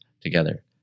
together